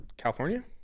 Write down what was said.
California